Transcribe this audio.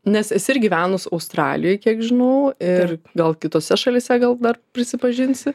nes esi ir gyvenus australijoj kiek žinau ir gal kitose šalyse gal dar prisipažinsi